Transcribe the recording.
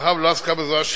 מאחר שלא בזה עסקה השאלה,